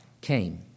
came